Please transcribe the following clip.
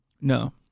no